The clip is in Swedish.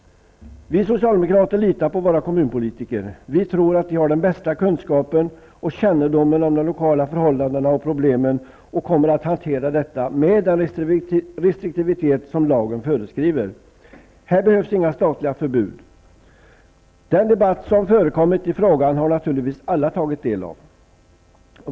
Vi socialdemokrater litar på våra kommunpolitiker. Vi tror att de har den bästa kunskapen och kännedomen om de lokala förhållandena och problemen och kommer att hantera detta med den restriktivitet som lagen föreskriver. Här behövs inga statliga förbud. Den debatt som har förekommit i frågan har naturligtvis alla tagit del av.